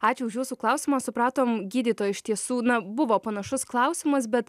ačiū už jūsų klausimą supratom gydytoja iš tiesų buvo panašus klausimas bet